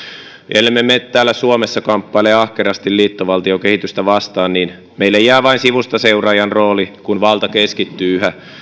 ellemme me täällä suomessa kamppaile ahkerasti liittovaltiokehitystä vastaan niin meille jää vain sivustaseuraajan rooli kun valta keskittyy yhä